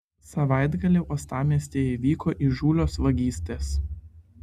savaitgalį uostamiestyje įvyko įžūlios vagystės